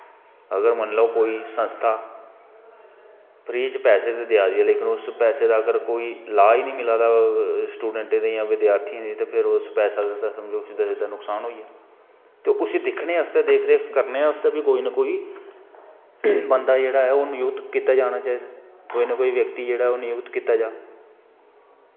अगर मतलव कोई संस्था फ्री च पैसे ते देआ दी ऐ लेकिन उस पैसे दा अगर कोई लाह् गै नी मिला दा स्टूडैंटें गी विधार्थियें गी ते फिर उस पैसे दा ते समझो सिध्दा सिध्दा नुकसान होईया ते उसी दिक्खने आस्तै देख रेख करनै आस्तै बी कोई ना कोई बंदा जेह्ड़ा ऐ ओह् मजूद कीता जाना चाही दा ऐ कोई न कोई व्यक्ति नियुक्त कीता जा